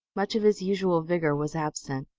much of his usual vigor was absent.